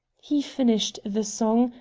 he finished the song,